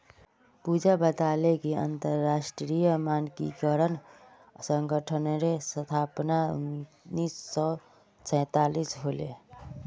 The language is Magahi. पूजा बताले कि अंतरराष्ट्रीय मानकीकरण संगठनेर स्थापना उन्नीस सौ सैतालीसत होले